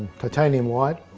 titanium white,